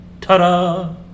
Ta-da